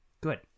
good